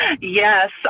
Yes